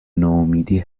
نومیدی